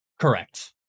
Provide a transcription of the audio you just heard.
Correct